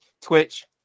Twitch